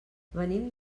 venim